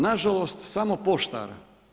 Nažalost samo poštara.